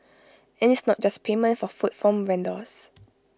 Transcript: and it's not just payment for food from vendors